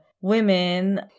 women